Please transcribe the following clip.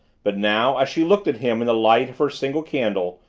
but now, as she looked at him in the light of her single candle,